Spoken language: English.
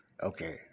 Okay